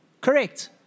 Correct